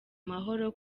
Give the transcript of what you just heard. mahoro